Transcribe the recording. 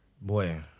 Boy